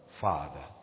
Father